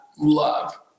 love